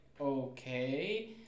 okay